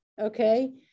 okay